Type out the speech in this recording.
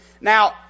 Now